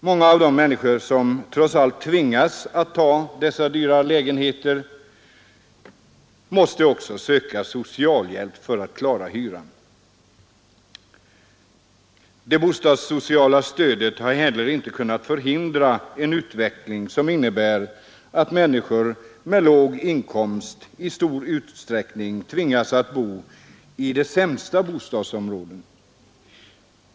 Många av de människor som tvingas att hyra dessa dyra lägenheter måste söka socialhjälp för att klara hyran. Det bostadssociala stödet har heller inte kunnat förhindra en utveckling som innebär att människor med låg inkomst i stor utsträckning tvingas bo i de sämsta bostadsområdena.